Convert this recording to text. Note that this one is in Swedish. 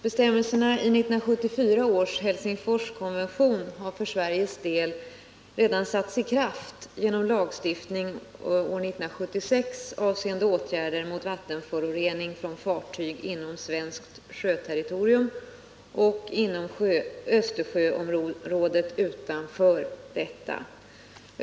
Bestämmelserna i 1974 års Helsingforskonvention har för Sveriges del redan satts i kraft genom 1976 års lagstiftning avseende åtgärder mot vattenförorening från fartyg inom svenskt sjöterritorium och inom Östersjöområdet utanför detta.